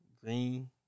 Green